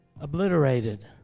obliterated